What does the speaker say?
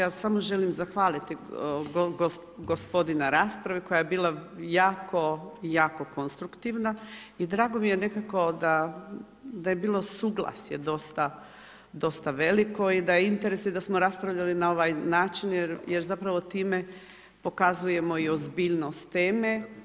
Ja samo želim zahvaliti gospodi na raspravi koja je bila jako, jako konstruktivna i drago mi je nekako da je bilo suglasje dosta veliko i interes i da smo raspravljali na ovaj način jer zapravo time pokazujemo i ozbiljnost teme.